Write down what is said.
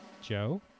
Joe